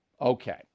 Okay